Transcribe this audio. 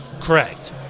Correct